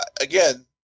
again